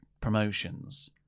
promotions